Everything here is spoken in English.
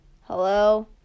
Hello